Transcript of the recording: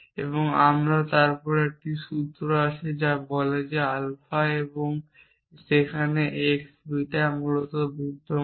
এবং তারপর আমাদের এই নতুন সূত্র আছে যা বলে যে আলফা এবং সেখানে x বিটা মূলত বিদ্যমান